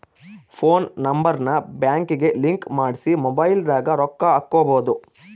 phone number ನ ಬ್ಯಾಂಕಿಗೆ link ಮಾಡ್ಸಿ ಮೊಬೈಲದಾಗ ರೊಕ್ಕ ಹಕ್ಬೊದು